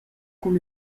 cun